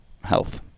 health